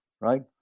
right